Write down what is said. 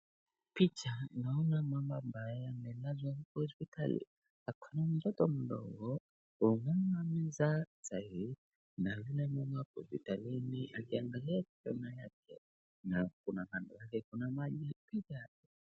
Picha naona mama ambaye amelazwa hospitali, ako na mtoto mdogo, huyu mama amezaa sahii na huyo mama ako kitandani akiangalia kijana yake na kuna kando yake kuna mahali ya kupita.